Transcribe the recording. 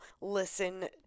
listen